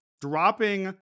dropping